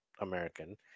American